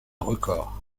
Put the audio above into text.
record